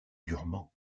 durement